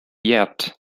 yet